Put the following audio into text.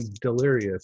delirious